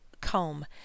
comb